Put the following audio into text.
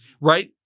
right